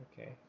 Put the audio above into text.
Okay